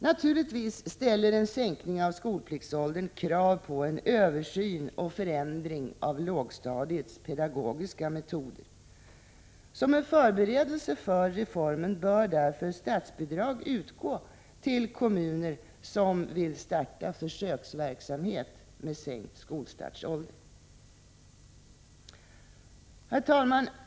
Naturligtvis ställer en sänkning av skolpliktsåldern krav på en översyn och förändring av lågstadiets pedagogiska metoder. Som en förberedelse för reformen bör därför statsbidrag utgå till kommuner som vill starta försöksverksamhet med sänkt skolstartsålder. Herr talman!